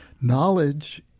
knowledge